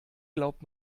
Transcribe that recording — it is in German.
glaubt